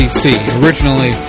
Originally